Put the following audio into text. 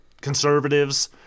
conservatives